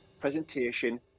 presentation